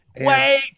Wait